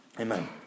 amen